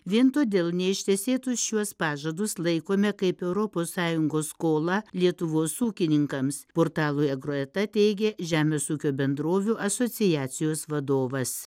vien todėl neištesėtus šiuos pažadus laikome kaip europos sąjungos skolą lietuvos ūkininkams portalui agroeta teigė žemės ūkio bendrovių asociacijos vadovas